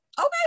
okay